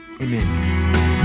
Amen